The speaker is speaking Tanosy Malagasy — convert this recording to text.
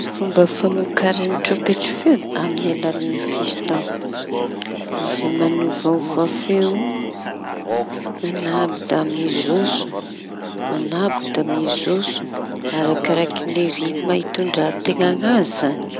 Ny fomba famokarana traompetry feo da amin'ny alalañy pistaôn. Izy mañovanova feo mañabo da mijotso arakaraky lay ritma itondrateña añazy zañy.